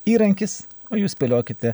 įrankis o jūs spėliokite